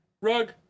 Rug